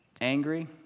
angry